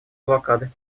блокады